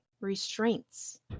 restraints